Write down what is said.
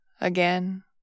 again